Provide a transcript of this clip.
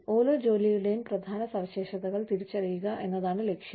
ഓരോ ജോലിയുടെയും പ്രധാന സവിശേഷതകൾ തിരിച്ചറിയുക എന്നതാണ് ലക്ഷ്യം